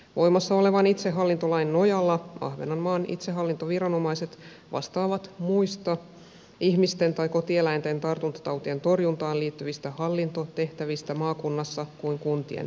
voimassa olevan itsehallintolain nojalla ahvenanmaan itsehallintoviranomaiset vastaavat muista ihmisten tai kotieläinten tartuntatautien torjuntaan liittyvistä hallintotehtävistä maakunnassa kuin kuntien tehtävistä